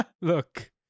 Look